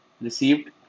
received